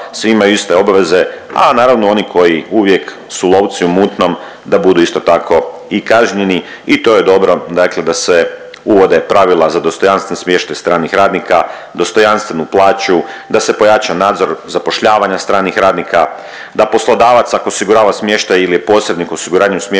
svi imaju iste obveze, a naravno oni koji uvijek su lovci u mutnom da budu isto tako i kažnjeni i to je dobro dakle da se uvode pravila za dostojanstven smještaj stranih radnika, dostojanstvenu plaću, da se pojača nadzor zapošljavanja stranih radnika, da poslodavac ako osigurava smještaj ili je posrednik u osiguranju smještaja